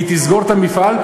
היא תסגור את המפעל,